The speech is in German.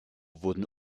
wurden